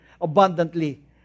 abundantly